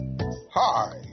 Hi